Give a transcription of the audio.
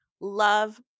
love